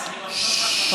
להפך.